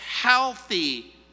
healthy